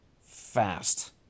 fast